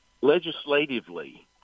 legislatively